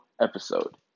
episode